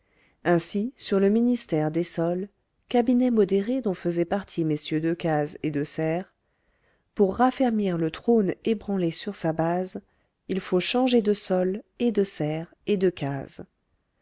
ainsi sur le ministère dessolles cabinet modéré dont faisaient partie mm decazes et deserre pour raffermir le trône ébranlé sur sa base il faut changer de sol et de serre et de case